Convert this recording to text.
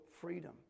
freedom